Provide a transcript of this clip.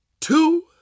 two